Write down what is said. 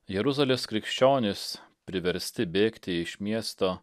jeruzalės krikščionys priversti bėgti iš miesto